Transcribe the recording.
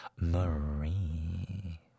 Marie